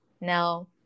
now